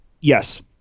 Yes